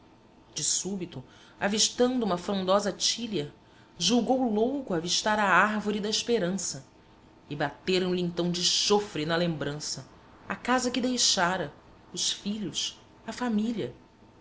de súbito avistando uma frondosa tília julgou louco avistar a árvore da esperança e bateram lhe então de chofre na lembrança a casa que deixara os filhos a família